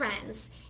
trends